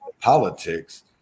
politics